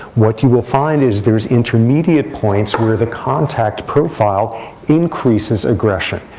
what you will find is there's intermediate points where the contact profile increases aggression,